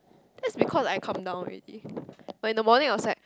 that's because I calm down already but in the morning I was like